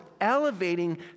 elevating